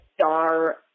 star